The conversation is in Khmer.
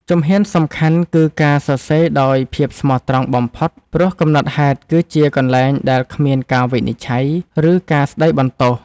ជំហានសំខាន់គឺការសរសេរដោយភាពស្មោះត្រង់បំផុត ព្រោះកំណត់ហេតុគឺជាកន្លែងដែលគ្មានការវិនិច្ឆ័យ ឬការស្ដីបន្ទោស។